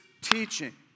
teaching